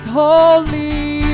holy